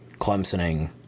clemsoning